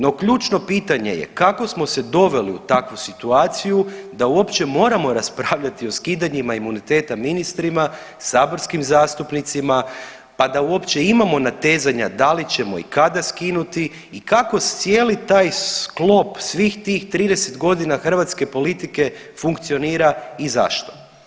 No, ključno pitanje je kako smo se doveli u takvu situaciju da uopće moramo raspravljati o skidanjima imuniteta ministrima, saborskim zastupnicima, pa da uopće imamo natezanja da li ćemo i kada skinuti i kako cijeli taj sklop svih tih 30 godina hrvatske politike funkcionira i zašto.